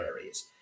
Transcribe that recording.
areas